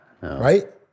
right